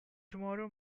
tomorrow